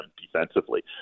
defensively